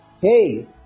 hey